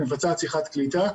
מבצעת שיחת קליטה,